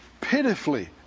pitifully